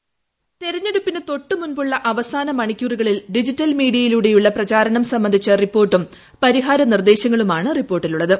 hold voice പ്ര തെരഞ്ഞെടുപ്പിന് തൊട്ടുമുമ്പുള്ള അവസാന മണിക്കൂറുകളിൽ ഡിജിറ്റൽ മീഡിയയിലൂടെയുള്ള പ്രചാരണം സംബന്ധിച്ച റിപ്പോർട്ടും പരിഹാര നിർദ്ദേശങ്ങളുമാണ് റിപ്പോർട്ടിലുള്ളത്